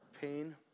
pain